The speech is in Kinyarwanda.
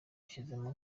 yashyizemo